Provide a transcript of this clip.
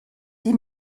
die